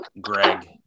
Greg